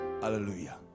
hallelujah